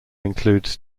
includes